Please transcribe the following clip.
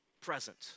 present